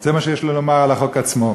זה מה שיש לי לומר על החוק עצמו.